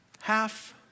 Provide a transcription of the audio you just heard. Half